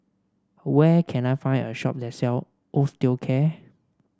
where can I find a shop that sells Osteocare